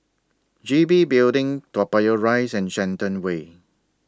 G B Building Toa Payoh Rise and Shenton Way